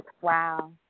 Wow